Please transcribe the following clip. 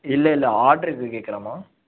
இல்லை இல்லை ஆர்ட்ருக்கு கேட்குறன்மா